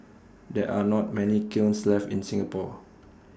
there are not many kilns left in Singapore